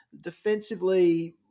defensively